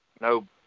no